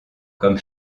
comme